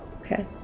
Okay